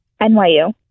NYU